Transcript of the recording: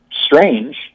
strange